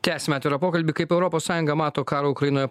tęsime atvirą pokalbį kaip europos sąjunga mato karo ukrainoje